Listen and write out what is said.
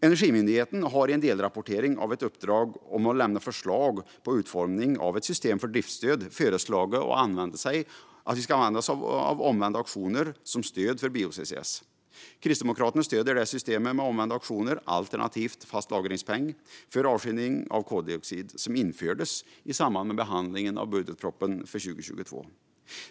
Energimyndigheten har i en delrapportering av ett uppdrag om att lämna förslag på utformning av ett system för driftsstöd föreslagit att vi ska använda oss av omvända auktioner som stöd för bio-CCS. Kristdemokraterna stöder det system med omvända auktioner, alternativt en fast lagringspeng, för avskiljning av koldioxid som infördes i samband med behandlingen av budgetpropositionen för 2022.